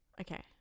Okay